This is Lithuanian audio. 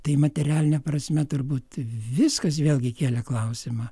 tai materialine prasme turbūt viskas vėlgi kėlė klausimą